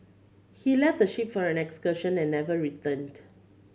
he left the ship for an excursion and never returned